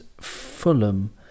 Fulham